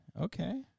Okay